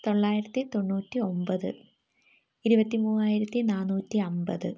തൊള്ളായിരത്തി തൊണ്ണൂറ്റി ഒമ്പത് ഇരുപത്തി മൂവായിരത്തി നാന്നൂറ്റി അമ്പത്